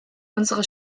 unsere